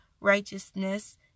righteousness